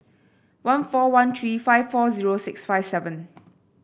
one four one three five four zero six five seven